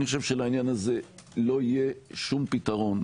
אני חושב שלעניין הזה לא יהיה שום פתרון,